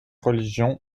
religions